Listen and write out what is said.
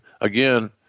again